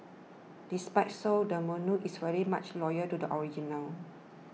despite so the menu is very much loyal to the original